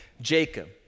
Jacob